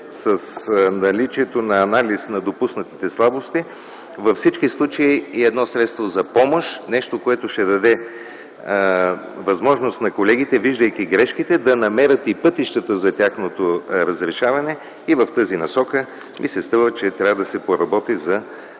с наличието на анализ на допуснатите слабости, във всички случаи е и едно средство за помощ, нещо, което ще даде възможност на колегите, виждайки грешките, да намерят и пътищата за тяхното разрешаване, и в тази насока ми се струва, че трябва да се поработи